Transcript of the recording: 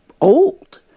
old